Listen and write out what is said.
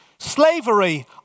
Slavery